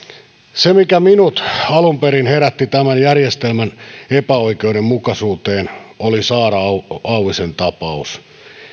se mikä minut alun perin herätti tämän järjestelmän epäoikeudenmukaisuuteen oli saara auvisen tapaus